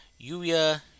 Yuya